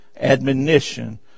admonition